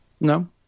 No